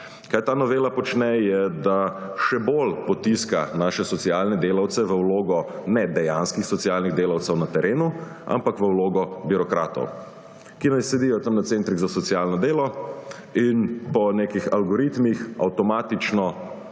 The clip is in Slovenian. Kar ta novela počne, je, da še bolj potiska naše socialne delavce v vlogo ne dejanskih socialnih delavcev na terenu, ampak v vlogo birokratov, ki naj sedijo tam na centrih za socialno delo in po nekih algoritmih avtomatično